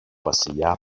βασιλιά